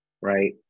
Right